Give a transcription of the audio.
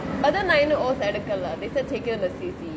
அதா நா இன்னும்:atha naa innum O_S எடுக்கலே:edukalae they said take it in the C_C